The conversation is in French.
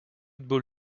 ball